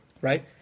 right